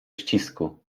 ścisku